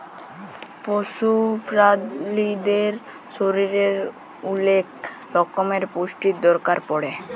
পশু প্রালিদের শরীরের ওলেক রক্যমের পুষ্টির দরকার পড়ে